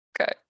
Okay